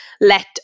let